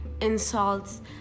insults